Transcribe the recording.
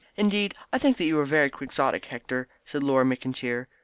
indeed i think that you are very quixotic, hector, said laura mcintyre.